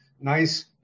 nice